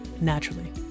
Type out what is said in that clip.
naturally